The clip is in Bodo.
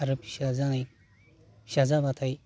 आरो फिसा जानाय फिसा जाबाथाइ